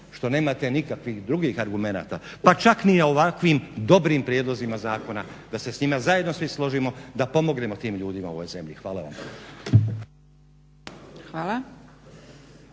što nemate nikakvih drugih argumenata pa čak ni ovakvim dobrim prijedlozima zakona da se s njima zajedno svi složimo da pomognemo tim ljudima u ovoj zemlji. Hvala vam.